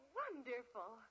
wonderful